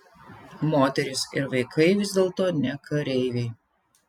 moterys ir vaikai vis dėlto ne kareiviai